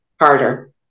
harder